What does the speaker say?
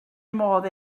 modd